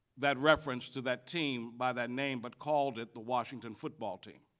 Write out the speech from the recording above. that reference to that team by that name but called it the washington football team,